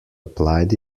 applied